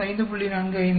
5 5